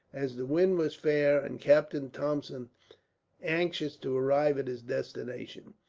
as the wind was fair and captain thompson anxious to arrive at his destination.